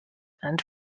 and